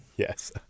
Yes